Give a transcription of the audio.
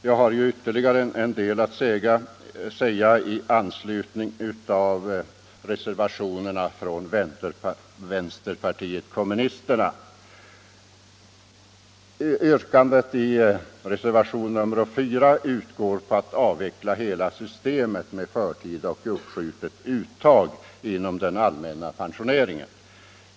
Jag har ytterligare en del att säga i anslutning till reservationerna från vänsterpartiet kommunisterna. Yrkandet i reservationen 4 går ut på att avveckla hela systemet med förtida och uppskjutet uttag inom den allmänna pensioneringen.